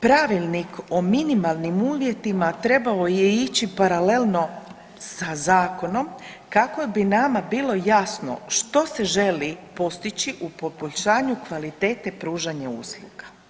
Pravilnik o minimalnim uvjetima trebao je ići paralelno sa zakonom kako bi nama bilo jasno što se želi postići u poboljšanju kvalitete pružanja usluga.